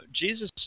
Jesus